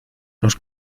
los